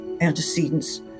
antecedents